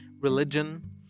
religion